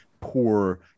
poor